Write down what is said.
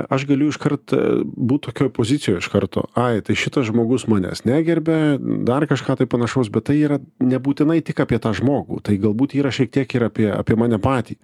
aš galiu iškart būt tokioj pozicijoj iš karto ai tai šitas žmogus manęs negerbia dar kažką tai panašaus bet tai yra nebūtinai tik apie tą žmogų tai galbūt yra šiek tiek ir apie apie mane patį